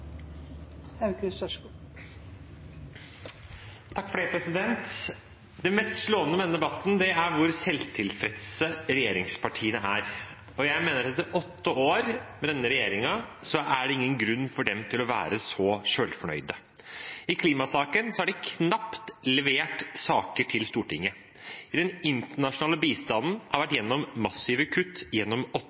hvor selvtilfredse regjeringspartiene er, og jeg mener at etter åtte år med denne regjeringen er det ingen grunn for dem til å være så selvtilfredse. I klimasaken har de knapt levert saker til Stortinget. Den internasjonale bistanden har vært gjennom massive kutt gjennom åtte